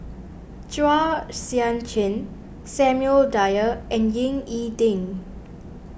Chua Sian Chin Samuel Dyer and Ying E Ding